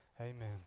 amen